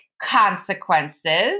consequences